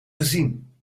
gezien